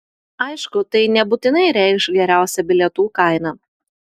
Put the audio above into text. aišku tai nebūtinai reikš geriausią bilietų kainą